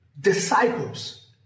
disciples